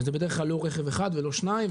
וזה בדרך כלל לא רכב אחד ולא שניים,